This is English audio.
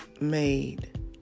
made